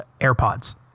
airpods